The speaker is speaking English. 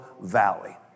valley